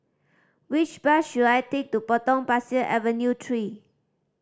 which bus should I take to Potong Pasir Avenue Three